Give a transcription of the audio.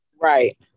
right